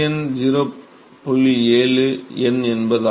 7 n என்பதாகும்